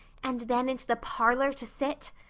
and then into the parlor to sit?